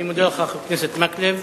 אני מודה לך, חבר הכנסת מקלב.